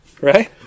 Right